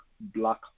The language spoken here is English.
black